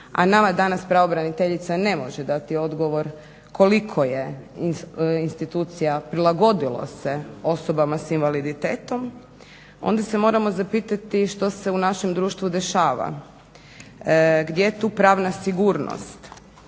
a nama danas pravobraniteljica ne može dati odgovor koliko je institucija prilagodilo se osobama s invaliditetom, onda se moramo zapitati što se u našem društvu dešava, gdje je tu pravna sigurnost.